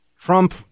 Trump